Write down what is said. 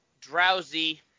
drowsy